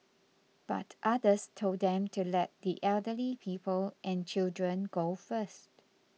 but others told them to let the elderly people and children go first